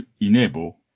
enable